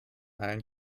allen